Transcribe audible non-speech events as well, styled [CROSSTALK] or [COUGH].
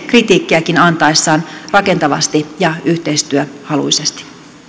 [UNINTELLIGIBLE] kritiikkiäkin antaessaan rakentavasti ja yhteistyöhaluisesti